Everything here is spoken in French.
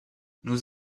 nous